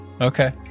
okay